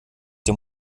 dem